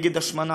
נגד השמנה?